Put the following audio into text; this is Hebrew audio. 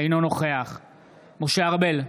אינו נוכח משה ארבל,